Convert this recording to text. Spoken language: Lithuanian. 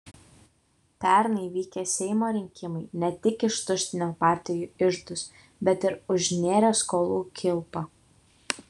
pernai vykę seimo rinkimai ne tik ištuštino partijų iždus bet ir užnėrė skolų kilpą